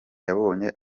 yabonye